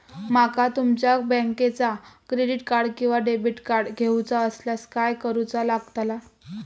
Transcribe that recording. माका तुमच्या बँकेचा क्रेडिट कार्ड किंवा डेबिट कार्ड घेऊचा असल्यास काय करूचा लागताला?